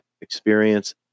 experience